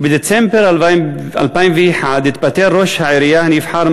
בדצמבר 2001 התפטר ראש העירייה הנבחר,